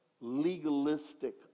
legalistic